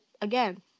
again